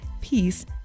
peace